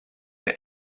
that